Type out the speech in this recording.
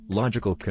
logical